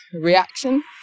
reaction